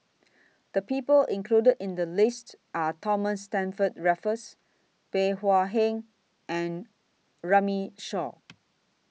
The People included in The list Are Thomas Stamford Raffles Bey Hua Heng and Runme Shaw